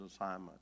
assignment